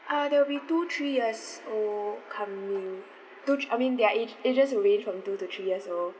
uh there will be two three years old coming two thr~ I mean their age ages will range from two to three years old